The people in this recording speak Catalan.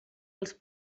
els